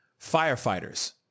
firefighters